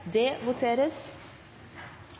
Det voteres